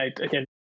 again